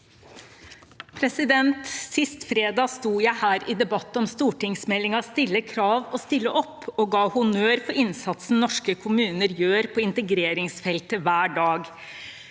Sist fredag sto jeg her i debatt om stortingsmeldingen Stille krav og stille opp og ga honnør for innsatsen norske kommuner gjør på integreringsfeltet hver dag.